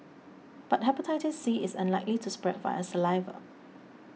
but Hepatitis C is unlikely to spread via saliva